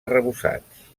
arrebossats